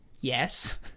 yes